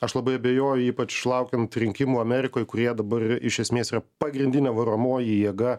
aš labai abejoju ypač laukiant rinkimų amerikoj kurie dabar iš esmės yra pagrindinė varomoji jėga